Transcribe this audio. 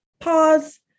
pause